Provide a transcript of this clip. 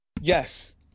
yes